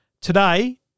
Today